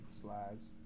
slides